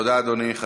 תודה, אדוני.